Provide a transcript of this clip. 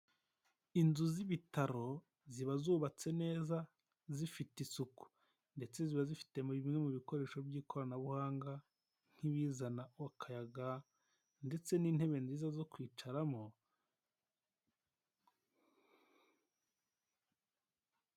Inzu z'ibitaro, ziba zubatse neza zifite isuku ndetse ziba zifite bimwe mu bikoresho by'ikoranabuhanga nk'ibizana akayaga ndetse n'intebe nziza zo kwicaramo.